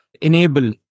enable